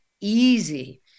easy